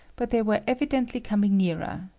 but they were evidently coming nearer.